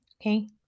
okay